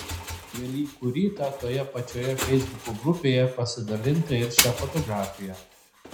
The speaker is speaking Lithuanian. velykų rytą toje pačioje feisbuko grupėje pasidalinta ir šia fotografija